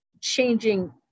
changing